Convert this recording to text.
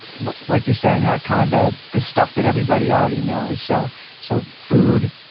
like you're saying, are kind of the the stuff that everybody already knows, so so food,